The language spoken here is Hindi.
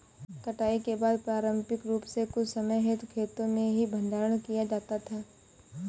कटाई के बाद पारंपरिक रूप से कुछ समय हेतु खेतो में ही भंडारण किया जाता था